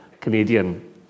Canadian